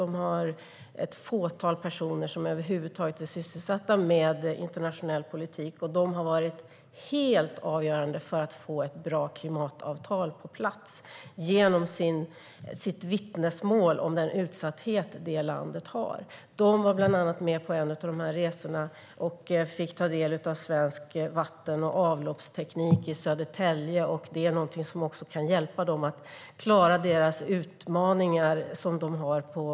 Där finns ett fåtal personer som över huvud taget är sysselsatta med internationell politik, och de har varit helt avgörande för att få ett bra klimatavtal på plats, genom sina vittnesmål om landets utsatthet. De var bland annat med på en av resorna och fick ta del av svensk vatten och avloppsteknik i Södertälje, vilket kan hjälpa Kiribati att klara de utmaningar man har.